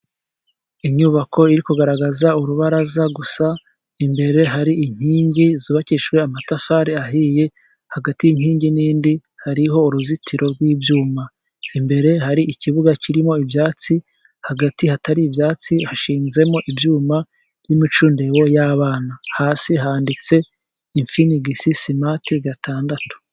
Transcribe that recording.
Inyubako iri kugaragaza urubaraza gusa. Imbere hari inkingi zubakishije amatafari ahiye. Hagati y'inkingi n'indi hariho uruzitiro rw'ibyuma. Imbere hari ikibuga kirimo ibyatsi, hagati hatari ibyatsi, hashinzemo ibyuma by'imicundero y'abana, hasi handitse imfinigisi, simati gatandatu.